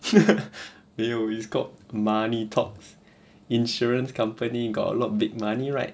没有 it's called money talks insurance company got a lot of big money right